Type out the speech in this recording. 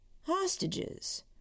Hostages